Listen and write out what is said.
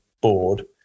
board